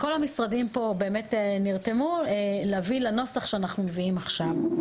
כל המשרדים נרתמו כדי להביא את הנוסח אותו אנחנו מביאים עכשיו.